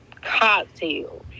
cocktail